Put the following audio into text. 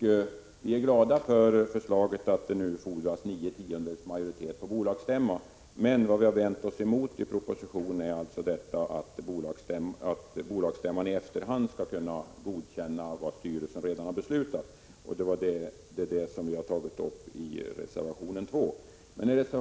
De är glada för förslaget att det nu skall fordras nio tiondels majoritet på bolagsstämma, men vi har vänt oss mot propositionens förslag att en bolagsstämma i efterhand skall kunna bekräfta vad styrelsen redan har beslutat. Det är det vi har tagit upp i vår reservation 2.